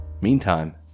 Meantime